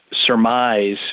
surmise